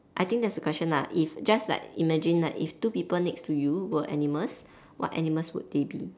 I think that's the question lah if just like imagine like if two people next to you were animals what animals would they be